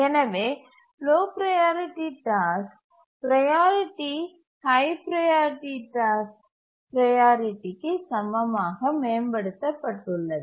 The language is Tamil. எனவே low priority task priority high priority task ப்ரையாரிட்டிக்கு சமமாக மேம்படுத்தப்பட்டுள்ளது